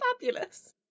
fabulous